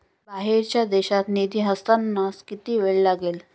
बाहेरच्या देशात निधी हस्तांतरणास किती वेळ लागेल?